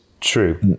true